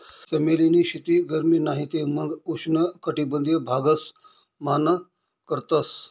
चमेली नी शेती गरमी नाही ते मंग उष्ण कटबंधिय भागस मान करतस